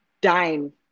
dime